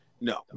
no